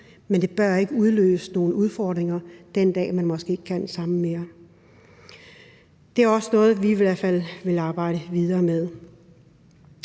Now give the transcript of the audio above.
men det bør ikke udløse nogen udfordringer, den dag man måske ikke kan sammen mere. Det er i hvert fald også noget, vi vil arbejde videre med.